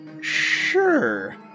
sure